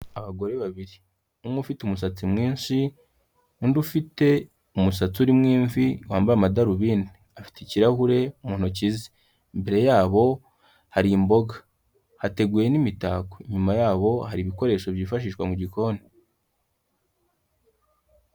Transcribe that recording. Abagore babiri umwe ufite umusatsi mwinshi, undi ufite umusatsi urimo imvi, wambaye amadarubindi afite ikirahure mu ntoki ze. imbere yabo hari imboga, hateguwe n'imitako, inyuma yabo hari ibikoresho byifashishwa mu gikoni.